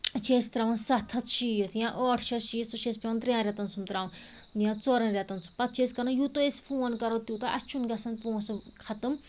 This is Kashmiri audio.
چھِ أسۍ ترٛاوان سَتھ ہَتھ شیٖتھ یا ٲٹھ شَتھ شیٖتھ سُہ چھِ اَسہِ پٮ۪وان ترٛٮ۪ن رٮ۪تن سُنٛمب ترٛاوُن یا ژورَن رٮ۪تن سُنٛمب پتہٕ چھِ أسۍ کَران یوٗتاہ أسۍ فون کَرو تیوٗتاہ اَسہِ چھُنہٕ گَژھان پونٛسہٕ ختٕم